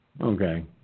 Okay